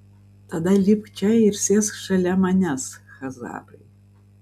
tada lipk čia ir sėsk šalia manęs chazarai